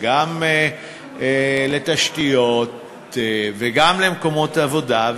וגם לתשתיות וגם למקומות עבודה.